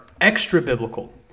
extra-biblical